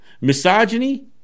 misogyny